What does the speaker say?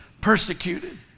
persecuted